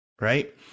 right